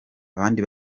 abandi